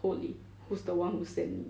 holy who's the one who send